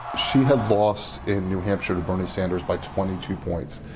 she had lost in new hampshire to bernie sanders by twenty two points.